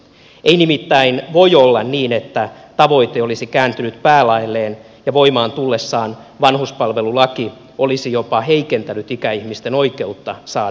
ei nimittäin voi olla niin että tavoite olisi kääntynyt päälaelleen ja voimaan tullessaan vanhuspalvelulaki olisi jopa heikentänyt ikäihmisten oikeutta saada palveluja